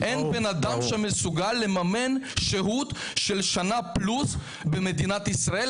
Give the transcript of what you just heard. אין בן אדם שמסוגל לממן שהות של שנה פלוס במדינת ישראל,